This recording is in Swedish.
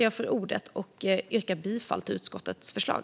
Jag yrkar bifall till utskottets förslag.